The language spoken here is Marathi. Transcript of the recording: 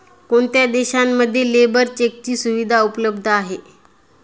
कोणत्या देशांमध्ये लेबर चेकची सुविधा उपलब्ध आहे?